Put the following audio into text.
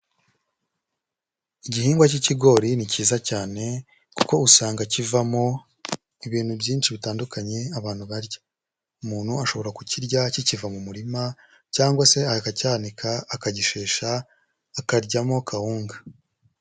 Igihingwa k'ikigori ni cyiza cyane kuko usanga kivamo ibintu byinshi bitandukanye abantu barya, umuntu ashobora kukirya kikiva mu murima cyangwa se akacyanika akagishesha akaryamo kawunga.